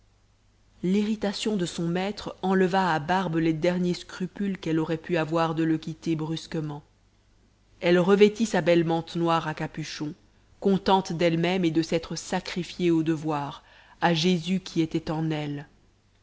l'irritation de son maître enleva à barbe les derniers scrupules qu'elle aurait pu avoir de le quitter brusquement elle revêtit sa belle mante noire à capuchon contente d'elle-même et de s'être sacrifiée au devoir à jésus qui était en elle